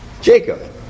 Jacob